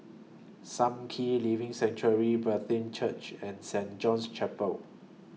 SAM Kee Living Sanctuary Brethren Church and Saint John's Chapel